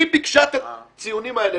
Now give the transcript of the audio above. היא ביקשה את הציונים האלה,